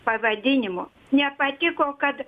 pavadinimu nepatiko kad